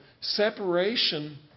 separation